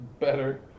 better